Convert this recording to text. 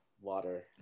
water